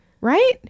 right